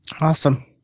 Awesome